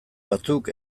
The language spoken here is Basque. batzuk